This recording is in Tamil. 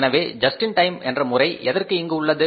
எனவே ஜஸ்ட் இன் டைம் என்ற முறை எதற்கு இங்கு உள்ளது